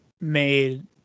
made